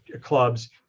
clubs